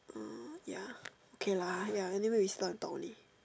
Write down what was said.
uh ya okay lah ya anyway we sit down and talk only